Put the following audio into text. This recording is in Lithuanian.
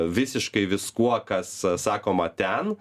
visiškai viskuo kas sakoma ten